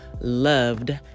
loved